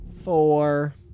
Four